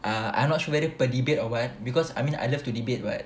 ah I'm not sure whether per debate or what because I mean I love to debate [what]